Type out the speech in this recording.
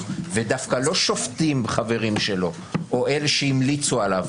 ודווקא לא שופטים חברים שלו או אלה שהמליצו עליו,